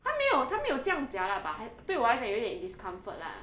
它没有它没有这样 jialat but 还对我来讲有一点 discomfort lah